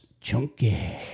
Chunky